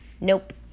Nope